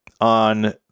on